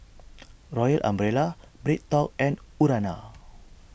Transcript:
Royal Umbrella BreadTalk and Urana